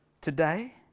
today